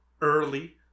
early